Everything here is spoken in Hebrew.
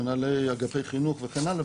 מנהלי אגפי חינוך וכן הלאה,